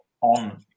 on